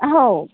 हो